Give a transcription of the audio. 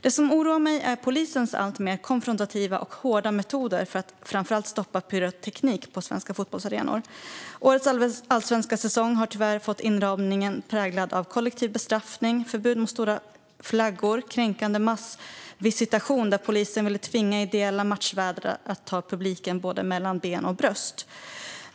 Det som oroar mig är polisens alltmer konfrontativa och hårda metoder för att framför allt stoppa pyroteknik på svenska fotbollsarenor. Årets allsvenska säsong har tyvärr fått en inramning präglad av kollektiv bestraffning, förbud mot stora flaggor och kränkande massvisitation, där polisen vill tvinga ideella matchvärdar att ta publiken mellan benen och på brösten.